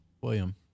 William